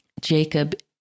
Jacob